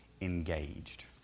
engaged